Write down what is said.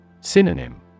Synonym